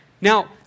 Now